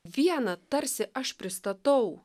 viena tarsi aš pristatau